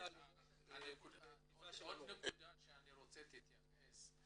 עוד נקודה שאני רוצה שתתייחס,